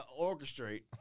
orchestrate